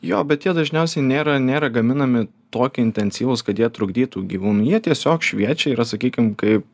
jo bet jie dažniausiai nėra nėra gaminami tokie intensyvūs kad jie trukdytų gyvūnui jie tiesiog šviečia yra sakykim kaip